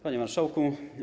Panie Marszałku!